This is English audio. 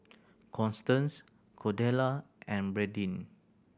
Constance Cordella and Bradyn